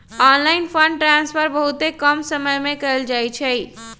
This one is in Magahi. ऑनलाइन फंड ट्रांसफर बहुते कम समय में कएल जाइ छइ